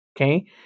Okay